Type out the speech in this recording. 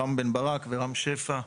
רם בן ברק ורם שפע,